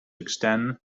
extend